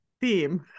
theme